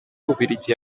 w’ububiligi